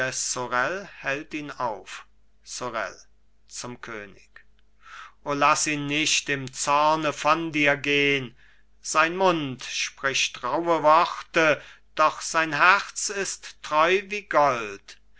hält ihn auf sorel zum könig o laß ihn nicht im zorne von dir gehn sein mund spricht rauhe worte doch sein herz ist treu wie gold